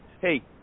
Hey